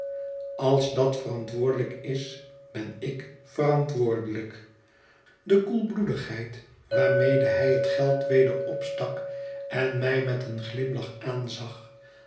als dat verantwoordelijk is ben ik verantwoordelijk de koelbloedigheid waarmede hij het geld weder opstak en mij met een glimlach aanzag